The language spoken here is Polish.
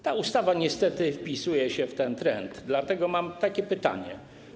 Ta ustawa niestety wpisuje się w ten trend, dlatego mam pytanie.